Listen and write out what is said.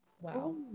wow